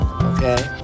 Okay